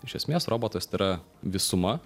iš esmės robotas tai yra visuma